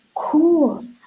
cool